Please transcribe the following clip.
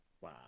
Wow